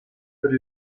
per